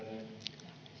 että